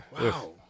wow